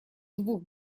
двух